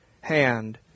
hand